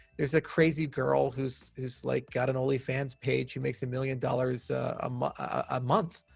there's a crazy girl who's who's like got an onlyfans page. she makes a million dollars um a month.